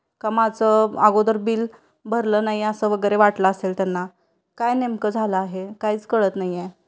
का माझं अगोदर बिल भरलं नाही असं वगैरे वाटलं असेल त्यांना काय नेमकं झालं आहे काहीच कळत नाही आहे